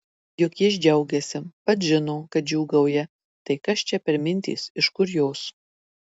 juk jis džiaugiasi pats žino kad džiūgauja tai kas čia per mintys iš kur jos